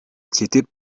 inquiétez